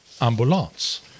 Ambulance